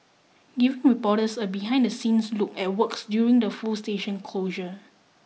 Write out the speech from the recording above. giving reporters a behind the scenes look at works during the full station closure